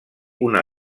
una